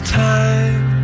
time